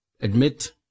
admit